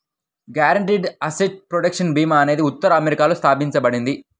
guaranteed asset protection భీమా అనేది ఉత్తర అమెరికాలో స్థాపించబడింది